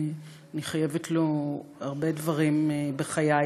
אני חייבת לו הרבה דברים בחיי,